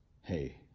hey